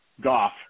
Goff